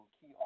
key